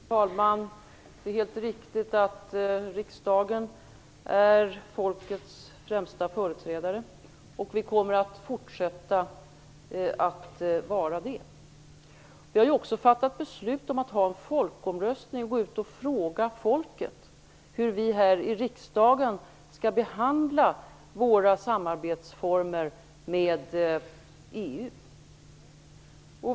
Fru talman! Det är helt riktigt att riksdagen är folkets främsta företrädare. Vi kommer att fortsätta att vara det. Vi har också fattat beslut om att ha en folkomröstning och gå ut och fråga folket hur vi här i riksdagen skall behandla våra samarbetsformer med EU.